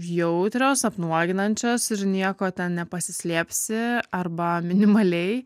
jautrios apnuoginančios ir nieko ten nepasislėpsi arba minimaliai